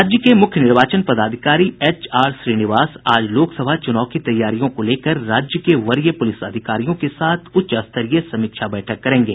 राज्य के मुख्य निर्वाचन पदाधिकारी एच आर श्रीनिवास आज लोकसभा चुनाव की तैयारियों को लेकर राज्य के वरीय पुलिस अधिकारियों के साथ उच्च स्तरीय समीक्षा बैठक करेंगे